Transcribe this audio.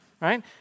right